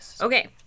Okay